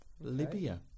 Libya